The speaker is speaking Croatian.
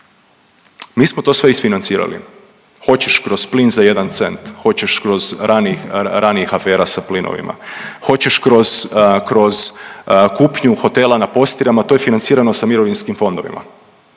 mi smo to sve isfinancirali. Hoćeš kroz plin za jedan cent, hoćeš kroz ranijih afera sa plinovima, hoćeš kroz kupnju hotela na Postirama to je financirano sa mirovinskim fondovima,